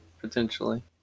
potentially